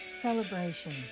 celebration